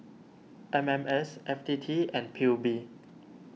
M M S F T T and P U B